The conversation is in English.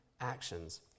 actions